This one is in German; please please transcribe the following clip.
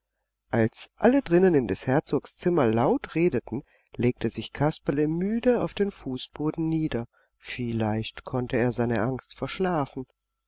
als alle drinnen in des herzogs zimmer laut redeten legte sich kasperle müde auf den fußboden nieder vielleicht konnte er seine angst verschlafen